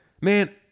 man